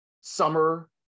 summer